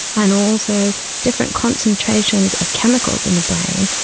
and also different concentrations of chemicals in the brain.